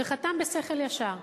וחתם בשכל ישר,